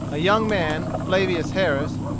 a young man, flavius harris,